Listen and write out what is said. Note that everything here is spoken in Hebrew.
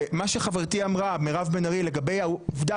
מה שאמרה חברתי מירב בן ארי לגבי העובדה